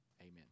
amen